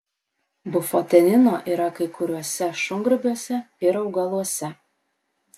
bufotenino yra kai kuriuose šungrybiuose ir augaluose